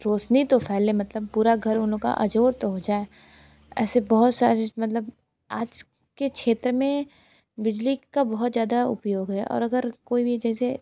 रोशनी तो फैले मतलब पूरा घर उन लोग का अजोर तो हो जाए ऐसे बहुत सारे मतलब आज के क्षेत्र में बिजली का बहुत ज़्यादा उपयोग है और अगर कोई भी जैसे